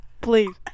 Please